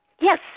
Yes